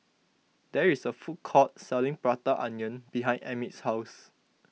there is a food court selling Prata Onion behind Emit's house